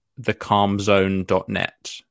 thecalmzone.net